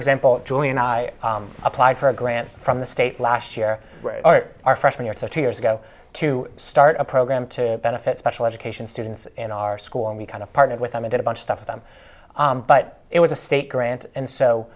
example julian i applied for a grant from the state last year our freshman year to two years ago to start a program to benefit special education students in our school and we kind of partnered with them and a bunch of stuff for them but it was a state grant and so